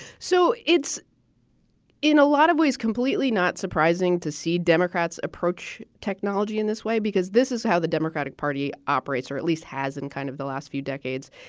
so it's in a lot of ways, completely not surprising to see democrats approach technology in this way because this is how the democratic party operates, or at least has in kind of the last few decades,